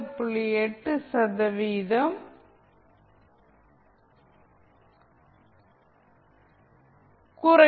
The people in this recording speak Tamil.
8 சதவிகிதம் குறையும்